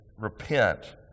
repent